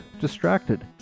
distracted